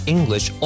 English